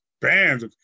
bands